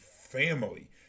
family